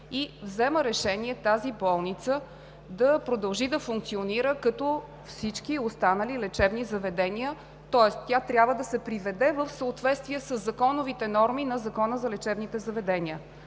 и взема решение тя да продължи да функционира като всички останали лечебни заведения. Тоест тя трябва да се приведе в съответствие със законовите норми на Закона за лечебните заведения.